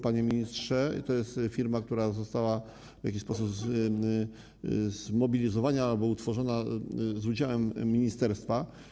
Panie ministrze, to jest firma, która została w jakiś sposób zmobilizowana albo utworzona z udziałem ministerstwa.